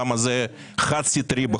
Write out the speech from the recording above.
למה זה חד סטרי.